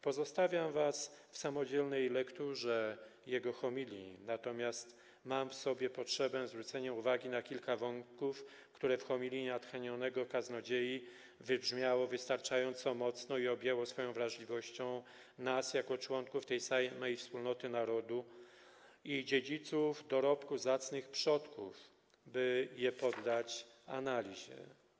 Pozostawiam wam samodzielną lekturę jego homilii, natomiast mam w sobie potrzebę zwrócenia uwagi na kilka wątków, które w homilii natchnionego kaznodziei wybrzmiały wystarczająco mocno i objęły swoją wrażliwością nas jako członków tej samej wspólnoty narodu i dziedziców dorobku zacnych przodków, by je poddać analizie.